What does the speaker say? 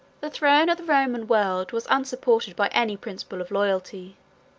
the throne of the roman world was unsupported by any principle of loyalty